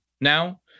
now